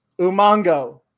Umango